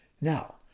Now